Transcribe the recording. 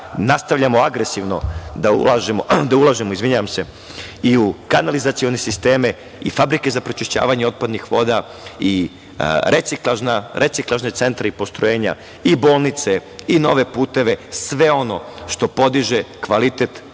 Nastavljamo agresivno da ulažemo i u kanalizacione sisteme i fabrike za pročišćavanje otpadnih voda, reciklažne centre i postrojenja, i bolnice, i nove puteve, sve ono što podiže kvalitet života